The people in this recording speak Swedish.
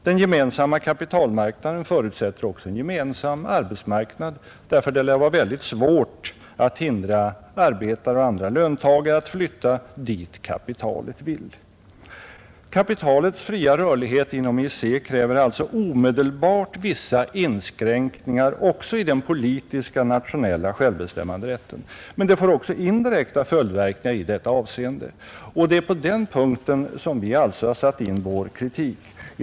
Den gemensamma kapitalmarknaden förutsätter också en gemensam arbetsmarknad, ty det lär vara väldigt svårt att hindra arbetare och andra löntagare att flytta dit kapitalet vill. Kapitalets fria rörlighet inom EEC kräver alltså omedelbart vissa inskränkningar även i den politiska nationella självbestämmanderätten. Men den får också indirekta följdverkningar i detta avseende, Det är på den punkten som vi har satt in vår kritik.